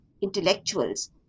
intellectuals